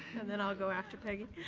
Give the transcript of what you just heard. and then i'll go after peggy.